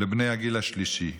לבני הגיל השלישי.